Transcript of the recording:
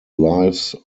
lives